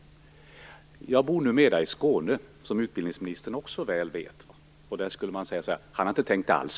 Jag bor numera i Skåne, vilket utbildningsministern också väl vet. Där skulle man säga så här: Han har inte tänkt alls.